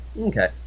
Okay